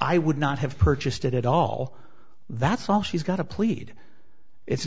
i would not have purchased it at all that's all she's got a plead it's